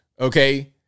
Okay